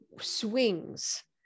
swings